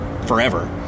forever